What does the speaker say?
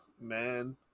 Man